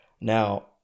now